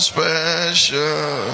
Special